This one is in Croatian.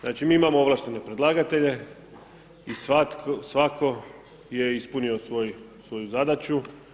Znači mi imamo ovlaštene predlagatelja i svatko je ispunio svoju zadaću.